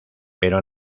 pero